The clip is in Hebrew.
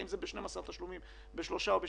האם זה ב-12 תשלומים או בשישה תשלומים.